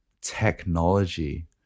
technology